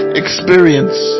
experience